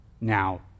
now